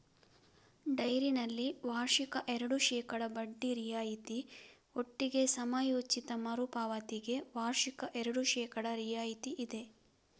ಡೈರಿನಲ್ಲಿ ವಾರ್ಷಿಕ ಎರಡು ಶೇಕಡಾ ಬಡ್ಡಿ ರಿಯಾಯಿತಿ ಒಟ್ಟಿಗೆ ಸಮಯೋಚಿತ ಮರು ಪಾವತಿಗೆ ವಾರ್ಷಿಕ ಎರಡು ಶೇಕಡಾ ರಿಯಾಯಿತಿ ಇದೆ